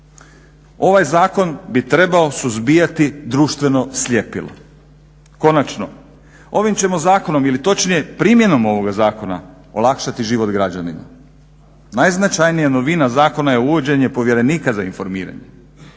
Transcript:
Ovaj zakon bi trebao suzbijati društveno sljepilo. Konačno, ovim ćemo zakonom ili točnije primjenom ovog zakona olakšati život građanima. Najznačajnija novina zakona je uvođenje povjerenika za informiranje,